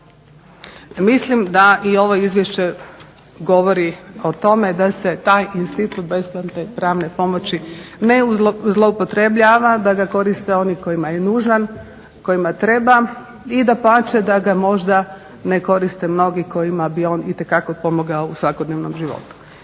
Mislim da i ovo Izvješće govori o tome da se taj institut besplatne pravne pomoći ne zloupotrjebljava, da ga koriste oni kojima je nužan, kojima treba. I dapače da ga možda ne koriste mnogi kojima bi on itekako pomogao u svakodnevnom životu.